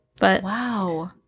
Wow